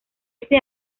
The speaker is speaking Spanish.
ese